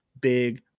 Big